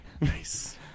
Nice